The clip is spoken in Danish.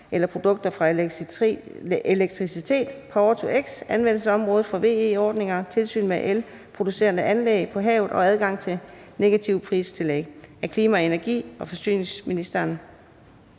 eller produkter fra elektricitet (Power-to-X), anvendelsesområdet for VE-ordningerne, tilsyn med elproducerende anlæg på havet og adgang til negativt pristillæg). Af klima-, energi- og forsyningsministeren